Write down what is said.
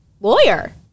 Lawyer